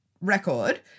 record